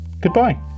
Goodbye